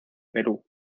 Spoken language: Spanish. perú